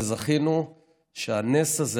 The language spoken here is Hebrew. וזכינו שהנס הזה,